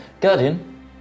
Guardian